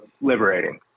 liberating